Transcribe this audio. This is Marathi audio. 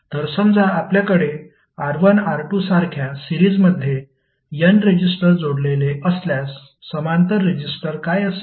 तर समजा आपल्याकडे R1 R2 सारख्या सिरीजमध्ये n रेजिस्टर जोडलेले असल्यास समांतर रेजिस्टर काय असेल